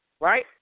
right